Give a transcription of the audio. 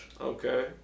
Okay